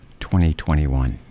2021